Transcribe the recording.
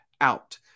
out